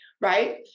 Right